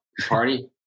party